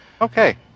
Okay